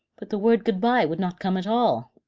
but the word good-bye would not come at all,